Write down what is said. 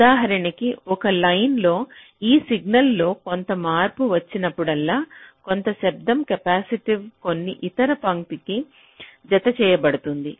ఉదాహరణ కీ ఒక లైన్లో ఈ సిగ్నల్లో కొంత మార్పు వచ్చినప్పుడల్లా కొంత శబ్దం కెపాసిటివ్గా కొన్ని ఇతర పంక్తికి జతచేయబడుతుంది